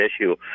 issue